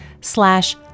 slash